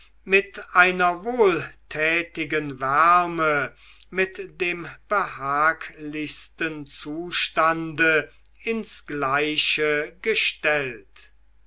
mit einer wohltätigen wärme mit dem behaglichsten zustande ins gleiche gestellt